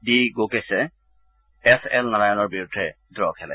D গোকেশে S L নাৰায়ণৰ বিৰুদ্ধে ড্ৰ খেলে